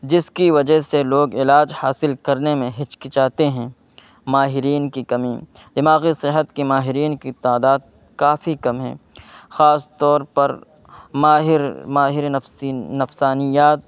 جس کی وجہ سے لوگ علاج حاصل کرنے میں ہچکچاتے ہیں ماہرین کی کمی دماغی صحت کے ماہرین کی تعداد کافی کم ہیں خاص طور پر ماہر ماہر نفسیات